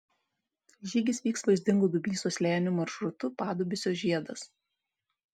žygis vyks vaizdingu dubysos slėniu maršrutu padubysio žiedas